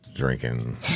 Drinking